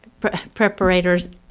preparators